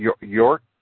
York